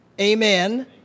Amen